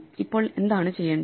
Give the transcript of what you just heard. അപ്പോൾ എന്താണ് ചെയ്യണ്ടത്